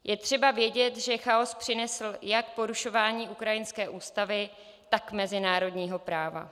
Je třeba vědět, že chaos přinesl jak porušování ukrajinské ústavy, tak mezinárodního práva.